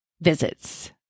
visits